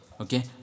Okay